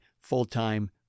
full-time